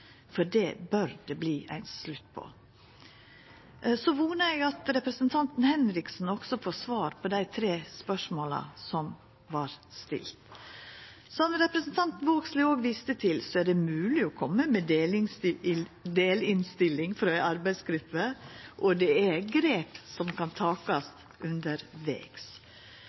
for det bør det verta ein slutt på. Eg vonar at representanten Henriksen også får svar på dei tre spørsmåla som vart stilte. Som representanten Vågslid òg viste til, er det mogleg å koma med ei delinnstilling frå ei arbeidsgruppe, og det er grep som kan takast